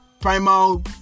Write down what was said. primal